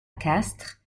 castres